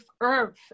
Earth